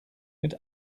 mit